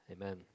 amen